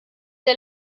der